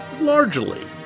largely